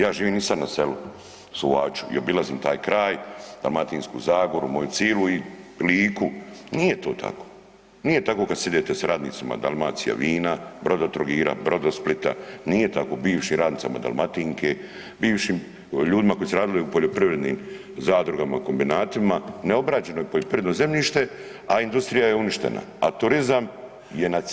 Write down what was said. Ja živim i sad na selu, Suvaču i obilazim taj kraj Dalmatinsku zagoru, moju cilu Liku, nije to tako, nije tako kad sidete s radnicima Dalmacija vina, Brodotrogira, Brodosplita, nije tako, bivšim radnicama Dalmatinke, bivšim ljudima koji su radili u poljoprivrednim zadrugama, kombinatima, neograđeno je poljoprivredno zemljište, a industrija je uništena, a turizam je na [[Upadica: Vrijeme.]] ceci.